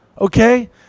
Okay